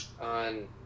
on